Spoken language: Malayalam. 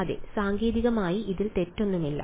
അതെ സാങ്കേതികമായി ഇതിൽ തെറ്റൊന്നുമില്ല